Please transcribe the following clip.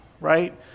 right